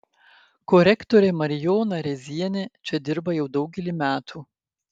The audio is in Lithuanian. korektorė marijona rėzienė čia dirba jau daugelį metų